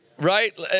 Right